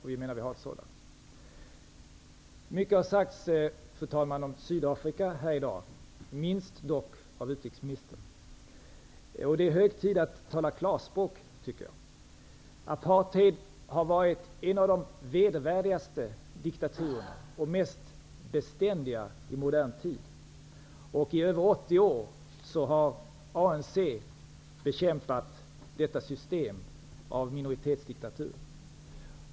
Jag menar att vi har ett sådant förslag. Fru talman! Det har sagts mycket om Sydafrika här i dag, minst dock av utrikesministern. Jag tycker att det är hög tid att tala klarspråk. Apartheid har varit en av de vedervärdigaste och mest beständiga diktaturerna i modern tid. I över 80 år har ANC bekämpat detta system av minoritetsdiktatur.